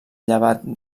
llevat